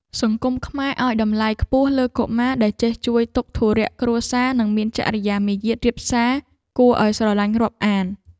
សង្គមខ្មែរឱ្យតម្លៃខ្ពស់លើកុមារដែលចេះជួយទុក្ខធុរៈគ្រួសារនិងមានចរិយាមារយាទរាបសារគួរឱ្យស្រឡាញ់រាប់អាន។